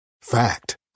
Fact